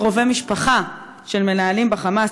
קרובי משפחה של מנהלים ב"חמאס",